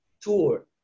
tour